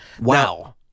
Wow